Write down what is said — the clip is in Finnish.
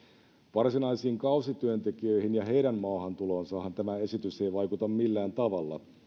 varsinaisiin kausityöntekijöihin ja heidän maahantuloonsahan tämä esitys ei ei vaikuta millään tavalla